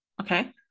Okay